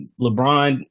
LeBron